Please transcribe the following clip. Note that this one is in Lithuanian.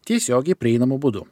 tiesiogiai prieinamu būdu